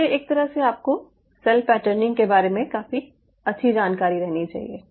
इसलिए एक तरह से आपको सेल पैटर्निंग के बारे में काफी अच्छी जानकारी रखनी चाहिए